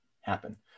happen